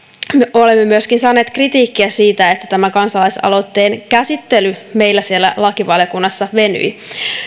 olemme myöskin saaneet kritiikkiä siitä että tämän kansalaisaloitteen käsittely meillä siellä lakivaliokunnassa venyi